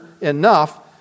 enough